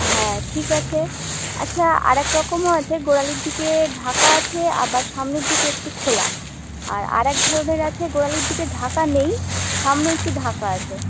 হ্যাঁ ঠিক আছে আচ্ছা আরেক রকমও আছে গোড়ালির দিকে ঢাকা আছে আবার সামনের দিকে একটু খোলা আর আরেক ধরনের আছে গোড়ালির দিকে ঢাকা নেই সামনে একটু ঢাকা আছে